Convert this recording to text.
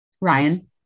Ryan